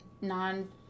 non